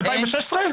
מ-2016?